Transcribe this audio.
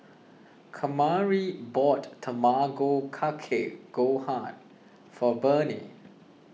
Kamari bought Tamago Kake Gohan for Bernie